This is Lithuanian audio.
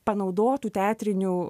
panaudotų teatrinių